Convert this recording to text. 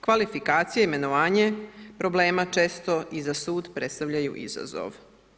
Kvalifikacije, imenovanje problema često i za sud predstavljaju izazov.